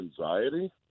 anxiety